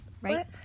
right